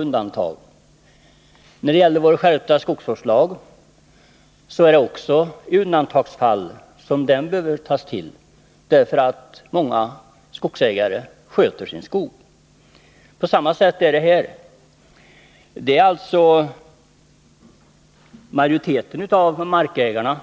Likadant är det med vår skärpta skogsvårdslag som behöver tas till endast i undantagsfall. Många skogsägare sköter ju sin skog. Och på samma sätt är det i det här fallet. En klar majoritet av markägarna